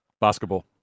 Basketball